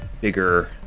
bigger